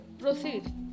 proceed